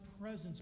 presence